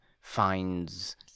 finds